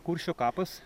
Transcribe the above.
kuršio kapas